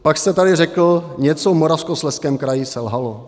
Pak jste tady řekl: něco v Moravskoslezském kraji selhalo.